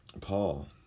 Paul